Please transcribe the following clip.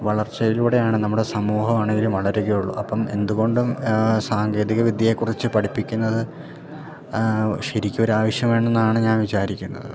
വളർച്ചയിലൂടെയാണ് നമ്മുടെ സമൂഹമാണെങ്കിലും വളരുകയുള്ളു അപ്പം എന്തുകൊണ്ടും സാങ്കേതികവിദ്യയെക്കുറിച്ച് പഠിപ്പിക്കുന്നത് ശരിക്കൊരാവശ്യം വേണമെന്നാണ് ഞാൻ വിചാരിക്കുന്നത്